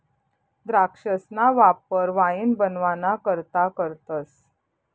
द्राक्षसना वापर वाईन बनवाना करता करतस